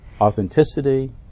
authenticity